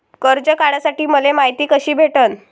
कर्ज काढासाठी मले मायती कशी भेटन?